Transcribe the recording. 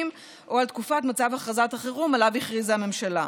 או על תקופת מצב הכרזת החירום שעליו הכריזה הממשלה.